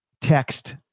Text